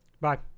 Bye